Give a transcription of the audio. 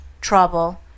trouble